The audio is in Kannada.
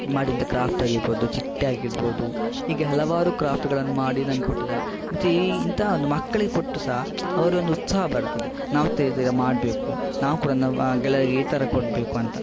ಮಾಡಿದ್ದ ಕ್ರಾಫ್ಟ್ ಆಗಿರಬೋದು ಚಿಟ್ಟೆ ಆಗಿರಬೋದು ಹೀಗೆ ಹಲವಾರು ಕ್ರಾಫ್ಟ್ಗಳನ್ನ ಮಾಡಿ ನಂಗೆ ಕೊಟ್ಟಿದ್ದಾರೆ ಮತ್ತೆ ಈ ಇಂತಹ ಒಂದು ಮಕ್ಳಿಗೆ ಕೊಟ್ಟು ಸಹ ಅವರೊಂದು ಉತ್ಸಾಹ ಬರುತ್ತದೆ ನಾವು ತ ಮಾಡಬೇಕು ನಾವು ಕೂಡ ನಮ್ಮ ಗೆಳಯರಿಗೆ ಈ ಥರ ಕೊಡಬೇಕು ಅಂತ